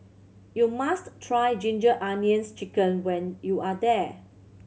you must try Ginger Onions Chicken when you are here